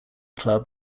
club